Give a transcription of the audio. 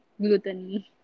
Gluten